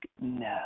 no